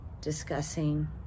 discussing